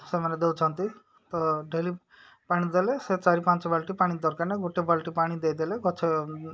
ସେମାନେ ଦଉଛନ୍ତି ତ ଡେଲି ପାଣି ଦେଲେ ସେ ଚାରି ପାଞ୍ଚ ବାଲଟି ପାଣି ଦରକାର ନା ଗୋଟେ ବାଲଟି ପାଣି ଦେଇଦେଲେ ଗଛ